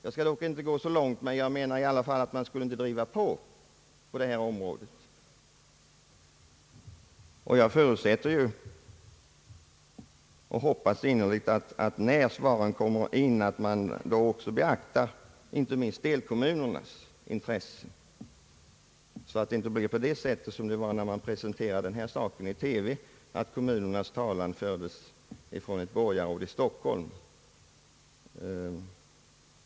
Jag skall dock inte gå så långt, men jag tycker i alla fall att man inte skall driva på utvecklingen på detta område. Jag förutsätter och hoppas innerligt att man, när svaren kommer in, beaktar inte minst delkommunernas intressen så att det inte blir på samma sätt som när denna fråga presenterades i TV, nämligen att kommunernas talan föres fram av ett borgarråd från Stockholm.